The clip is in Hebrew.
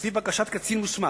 לפי בקשת קצין מוסמך.